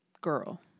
girl